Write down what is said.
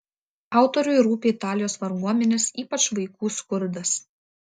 autoriui rūpi italijos varguomenės ypač vaikų skurdas